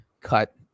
cut